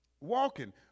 Walking